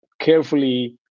carefully